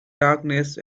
darkness